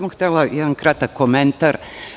Samo htela jedan kratak komentar.